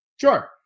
Sure